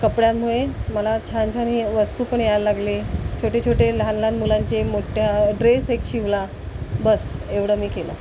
कपड्यांमुळे मला छान छान हे वस्तू पण यायला लागले छोटे छोटे लहान लहान मुलांचे मोठ्या ड्रेस एक शिवला बस एवढं मी केलं